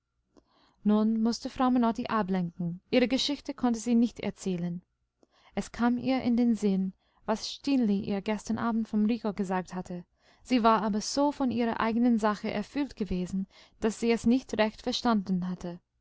nun mußte frau menotti ablenken ihre geschichte konnte sie nicht erzählen es kam ihr in den sinn was stineli ihr gestern abend vom rico gesagt hatte sie war aber so von ihrer eigenen sache erfüllt gewesen daß sie es nicht recht verstanden hatte